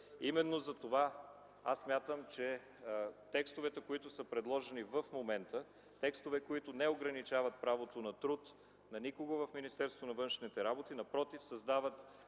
Именно затова смятам, че текстовете, които са предложени в момента, текстове, които не ограничават правото на труд на никого в Министерството